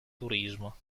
turismo